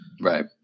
Right